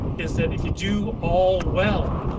is that if you do all well,